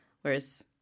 whereas